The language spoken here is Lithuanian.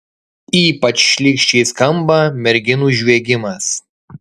ypač šlykščiai skamba merginų žviegimas